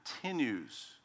continues